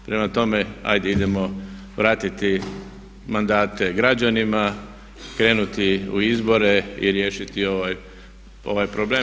Prema tome, ajde idemo vratiti mandate građanima, krenuti u izbore i riješiti ovaj problem.